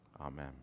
Amen